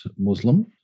Muslim